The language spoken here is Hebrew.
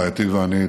רעייתי ואני,